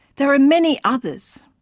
there are many others.